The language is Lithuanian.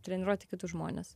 treniruoti kitus žmones